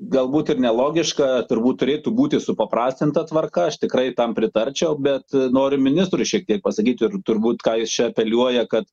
galbūt ir nelogiška turbūt turėtų būti supaprastinta tvarka aš tikrai tam pritarčiau bet noriu ministrui šiek tiek pasakyt ir turbūt ką jis čia apeliuoja kad